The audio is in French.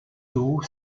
d’eau